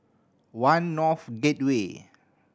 One North Gateway